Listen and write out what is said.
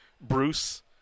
Bruce